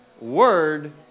word